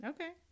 Okay